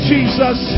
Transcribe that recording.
Jesus